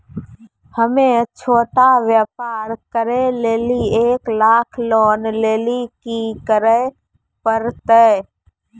हम्मय छोटा व्यापार करे लेली एक लाख लोन लेली की करे परतै?